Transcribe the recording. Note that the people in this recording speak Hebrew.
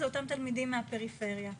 אלה אותם תלמידים מהפריפריה,